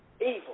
evil